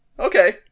Okay